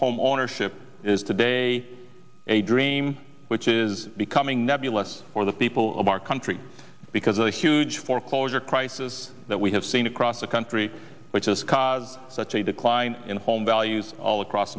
home ownership is today a dream which is becoming nebulous for the people of our country because a huge foreclosure crisis that we have seen across the country which has caused such a decline in home values all across